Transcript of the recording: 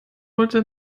wollte